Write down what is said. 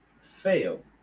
fail